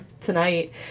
tonight